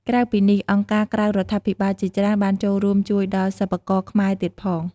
ក្រៅពីនេះ អង្គការក្រៅរដ្ឋាភិបាលជាច្រើនបានចូលរួមជួយដល់សិប្បករខ្មែរទៀតផង។